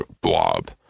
blob